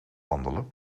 wandelen